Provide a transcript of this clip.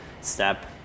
step